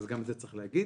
אז גם את זה צריך להגיד.